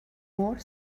more